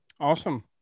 awesome